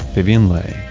vivian le,